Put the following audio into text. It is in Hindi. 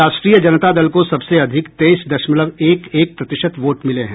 राष्ट्रीय जनता दल को सबसे अधिक तेईस दशमलव एक एक प्रतिशत वोट मिले हैं